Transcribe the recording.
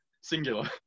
Singular